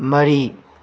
ꯃꯔꯤ